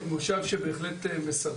אני חושב שאנחנו באמת הפכנו למערך לאומי לגיטימי,